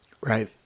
Right